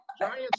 giants